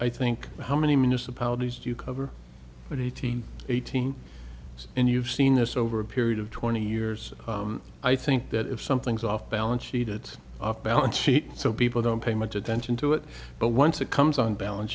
i think how many municipalities do you cover but he eighteen and you've seen this over a period of twenty years i think that if something's off balance sheet it's off balance sheet so people don't pay much attention to it but once it comes on balance